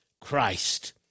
Christ